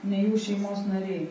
ne jų šeimos nariai